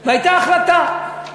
והייתה החלטה.